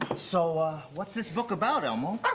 so what's this book about, elmo?